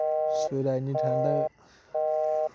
सवेरै इन्नी ठंड